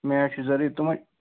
mat چھِ ضٔروٗری تِمَے